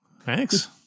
Thanks